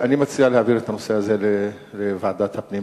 אני מציע להעביר את הנושא הזה לוועדת הפנים